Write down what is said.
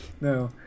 No